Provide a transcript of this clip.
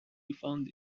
refund